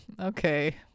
Okay